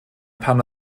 pan